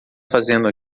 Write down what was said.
fazendo